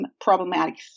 problematic